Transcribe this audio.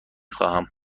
خواهم